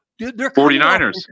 49ers